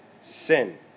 sin